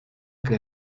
que